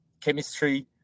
chemistry